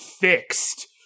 fixed